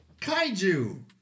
Kaiju